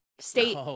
state